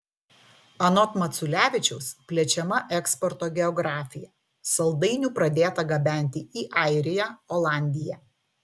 anot maculevičiaus plečiama eksporto geografija saldainių pradėta gabenti į airiją olandiją